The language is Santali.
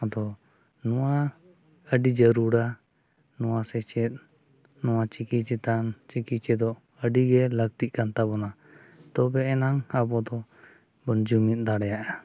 ᱟᱫᱚ ᱱᱚᱣᱟ ᱟᱹᱰᱤ ᱡᱟᱹᱨᱩᱲᱟ ᱱᱚᱣᱟ ᱥᱮᱪᱮᱫ ᱱᱚᱣᱟ ᱪᱤᱠᱤ ᱪᱮᱛᱟᱱ ᱪᱤᱠᱤ ᱪᱮᱫᱚᱜ ᱟᱹᱰᱤᱜᱮ ᱞᱟᱹᱠᱛᱤᱜ ᱠᱟᱱ ᱛᱟᱵᱚᱱᱟ ᱛᱚᱵᱮ ᱮᱱᱟᱝ ᱟᱵᱚ ᱫᱚᱵᱚᱱ ᱡᱩᱢᱤᱫ ᱫᱟᱲᱮᱭᱟᱜᱼᱟ